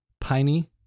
piney